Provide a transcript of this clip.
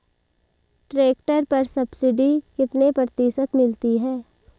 Tractor पर subsidy कितने प्रतिशत मिलती है?